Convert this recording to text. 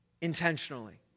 intentionally